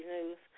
News